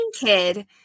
kid